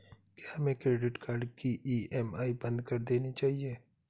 क्या हमें credit card की ई.एम.आई बंद कर देनी चाहिए?